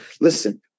Listen